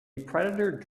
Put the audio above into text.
predator